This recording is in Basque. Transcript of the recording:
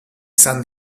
izan